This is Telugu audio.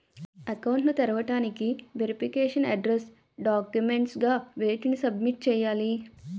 అకౌంట్ ను తెరవటానికి వెరిఫికేషన్ అడ్రెస్స్ డాక్యుమెంట్స్ గా వేటిని సబ్మిట్ చేయాలి?